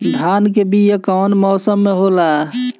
धान के बीया कौन मौसम में होला?